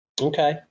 Okay